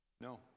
No